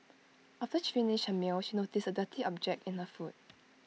after she finished her meal she noticed A dirty object in her food